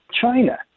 China